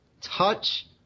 Touch